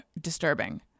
disturbing